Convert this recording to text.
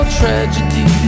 tragedy